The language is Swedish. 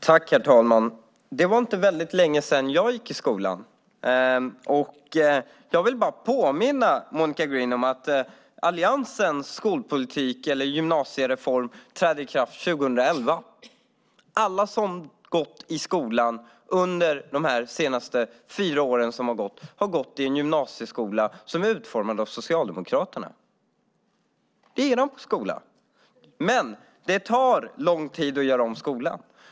Herr talman! Det är inte länge sedan jag gick i skolan. Jag vill påminna Monica Green om att Alliansens gymnasiereform träder i kraft 2011. Alla som har gått i gymnasieskolan under de senaste fyra åren har gått i en gymnasieskola som är utformad av Socialdemokraterna. Det är er skola. Det tar lång tid att göra om skolan.